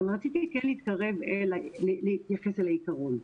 אבל רציתי כן להתייחס אל העיקרון.